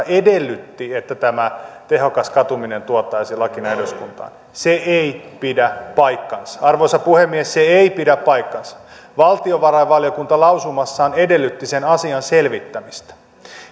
edellytti että tämä tehokas katuminen tuotaisiin lakina eduskuntaan se ei pidä paikkaansa arvoisa puhemies se ei pidä paikkaansa valtiovarainvaliokunta lausumassaan edellytti sen asian selvittämistä